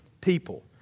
people